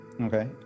Okay